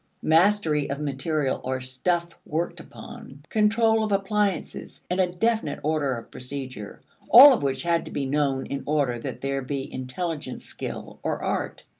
mastery of material or stuff worked upon, control of appliances, and a definite order of procedure all of which had to be known in order that there be intelligent skill or art.